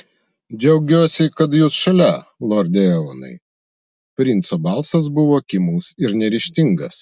džiaugiuosi kad jūs šalia lorde eonai princo balsas buvo kimus ir neryžtingas